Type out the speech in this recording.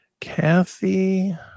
Kathy